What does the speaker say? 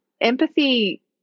empathy